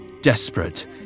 desperate